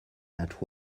that